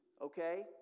okay